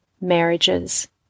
marriages